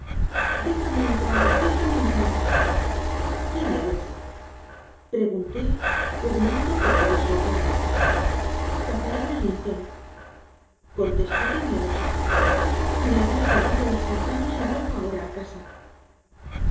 déjame entrar déjame entrar quién eres pregunté pugnando para poder soltarme catalina linton contestó temblorosa me había perdido en los pantanos y vuelvo ahora a casa